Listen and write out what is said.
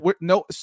no